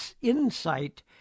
insight